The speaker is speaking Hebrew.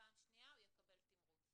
פעם שנייה הוא יקבל תימרוץ.